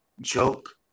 joke